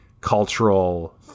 cultural